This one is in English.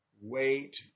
Wait